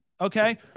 Okay